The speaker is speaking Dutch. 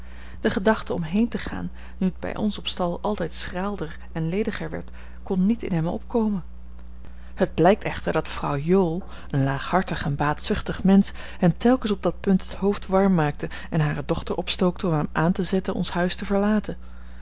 de gedachte om heen te gaan nu het bij ons op stal altijd schraalder en lediger werd kon niet in hem opkomen het blijkt echter dat vrouw jool een laaghartig en baatzuchtig mensch hem telkens op dat punt het hoofd warm maakte en hare dochter opstookte om hem aan te zetten ons huis te verlaten